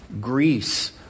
Greece